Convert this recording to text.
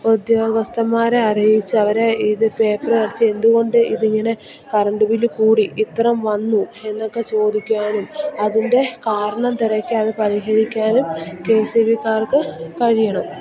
ഉദ്യോഗസ്ഥന്മാരെ അറിയിച്ച് അവരെ ഇത് പേപ്പറടിച്ച് എന്തുകൊണ്ട് ഇതിങ്ങിനെ കറണ്ട് ബില്ല് കൂടി ഇത്രയും വന്നു എന്നൊക്കെ ചോദിക്കാനും അതിൻ്റെ കാരണം തിരക്കി അതു പരിഹരിക്കാനും കെ എസ് ഇ ബിക്കാർക്ക് കഴിയണം